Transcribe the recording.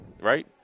Right